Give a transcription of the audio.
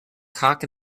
cock